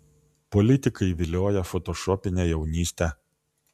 politikai vilioja fotošopine jaunyste